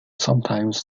sometimes